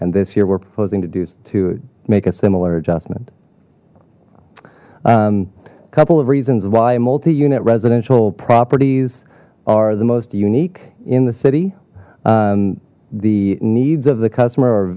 and this year we're proposing to do to make a similar adjustment a couple of reasons why multi unit residential properties are the most unique in the city the needs of the customer